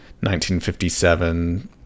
1957